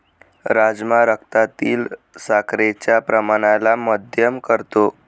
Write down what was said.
राजमा रक्तातील साखरेच्या प्रमाणाला मध्यम करतो